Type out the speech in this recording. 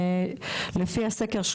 לפי הסקר,